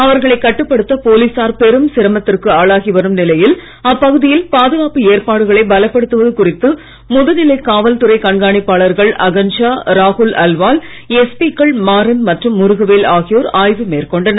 அவர்களைக்கட்டுப்படுத்தபோலீசார்பெரும்சிரமத்திற்குஆளாகிவரும்நி லையில் அப்பகுதியில்பாதுகாப்புஏற்பாடுகளைபலப்படுத்துவதுகுறித்துமுதுநிலை காவல்துறைகண்காணிப்பாளர்கள்அகன்ஷா ராகுல்அல்வால் எஸ்பி க்கள்மாறன்மற்றும்முருகவேல்ஆகியோர்ஆய்வுமேற்கொண்டனர்